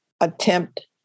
attempt